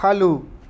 follow